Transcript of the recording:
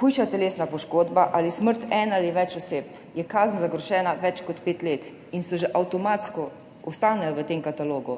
hujša telesna poškodba ali smrt ene ali več oseb, je zagrožena kazen več kot pet let in že avtomatsko ostaneta v tem katalogu.